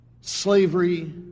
slavery